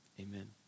amen